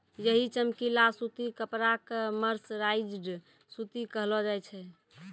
यही चमकीला सूती कपड़ा कॅ मर्सराइज्ड सूती कहलो जाय छै